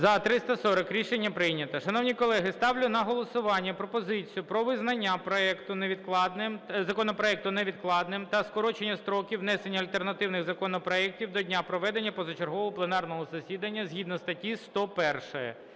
За-340 Рішення прийнято. Шановні колеги, ставлю на голосування пропозицію про визнання проекту невідкладним... законопроекту невідкладним та скорочення строків внесення альтернативних законопроектів до дня проведення позачергового пленарного засідання, згідно статті 101.